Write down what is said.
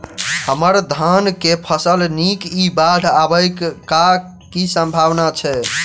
हम्मर धान केँ फसल नीक इ बाढ़ आबै कऽ की सम्भावना छै?